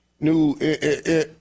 new